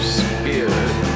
spirit